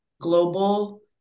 global